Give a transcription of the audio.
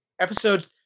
episode